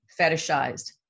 fetishized